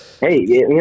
Hey